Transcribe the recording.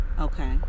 Okay